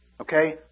Okay